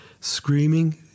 screaming